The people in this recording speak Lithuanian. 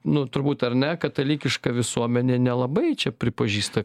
nu turbūt ar ne katalikiška visuomenė nelabai čia pripažįsta